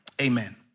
Amen